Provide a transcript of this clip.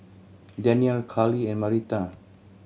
Danniel Karlie and Marita